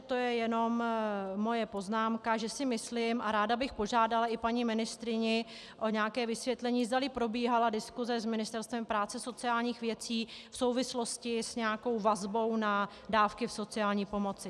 To je jen moje poznámka, že si myslím, a ráda bych požádala i paní ministryni o nějaké vysvětlení, zdali probíhala diskuse s Ministerstvem práce a sociálních věcí v souvislosti s nějakou vazbou na dávky v sociální pomoci.